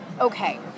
Okay